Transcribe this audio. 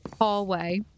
hallway